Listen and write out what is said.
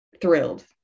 thrilled